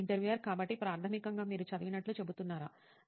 interviewer కాబట్టి ప్రాథమికంగా మీరు చదివినట్లు చెబుతున్నారా